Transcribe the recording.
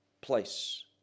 place